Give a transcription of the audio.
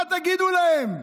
מה תגידו להם,